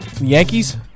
Yankees